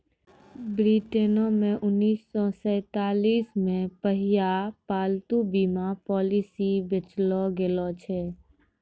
ब्रिटेनो मे उन्नीस सौ सैंतालिस मे पहिला पालतू बीमा पॉलिसी बेचलो गैलो छलै